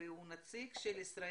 והוא נציג ישראל